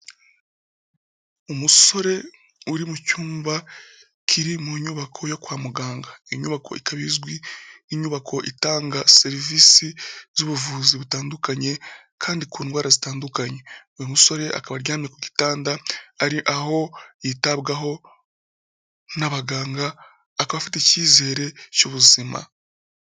Umusore uri mu cyumba kiri mu nyubako yo kwa muganga, inyubako ikaba izwi nk'inyubako itanga serivisi z'ubuvuzi butandukanye kandi ku ndwara zitandukanye, uyu musore akaba aryamye ku gitanda, ari aho yitabwaho n'abaganga akaba afite icyizere cy'ubuzima.